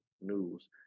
news